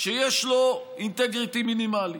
שיש לו אינטגריטי מינימלי?